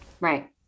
Right